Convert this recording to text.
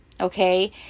Okay